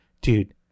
dude